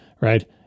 Right